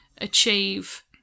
achieve